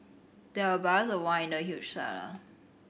there were barrels of wine in the huge cellar